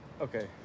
Okay